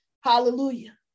Hallelujah